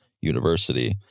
University